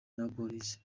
n’abapolisi